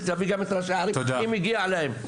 ותביא גם את ראשי הערים אם מגיע להם.